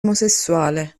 omosessuale